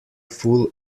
full